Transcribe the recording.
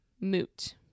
moot